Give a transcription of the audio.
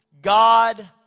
God